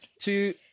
two